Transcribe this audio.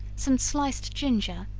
some sliced ginger,